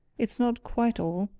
it's not quite all.